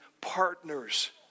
partners